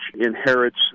inherits